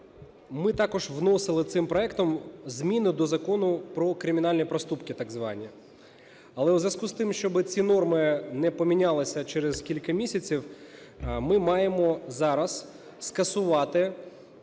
ми також вносили цим проектом зміни до Закону про кримінальні проступки так звані. Але в зв'язку з тим, щоб ці норми не помінялися через кілька місяців, ми маємо зараз скасувати,